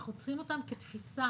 אנחנו צריכים אותם כתפיסה: